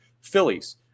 Phillies